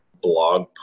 blog